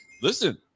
listen